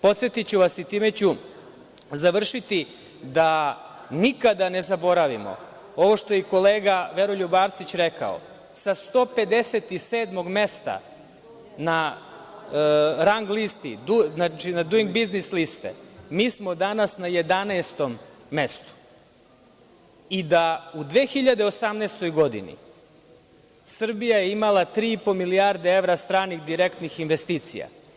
Podsetiću vas i time ću završiti da nikada ne zaboravimo ovo što je i kolega Veroljub Arsić rekao, sa 157. mesta na rang listi, Duing biznis listi, mi smo danas na 11. mestu i da u 2018. godini Srbija je imala tri i po milijarde evra stranih direktnih investicija.